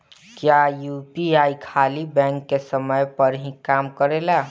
क्या यू.पी.आई खाली बैंक के समय पर ही काम करेला?